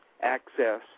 access